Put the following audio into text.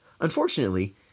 Unfortunately